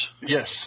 Yes